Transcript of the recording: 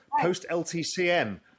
post-LTCM